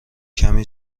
کمی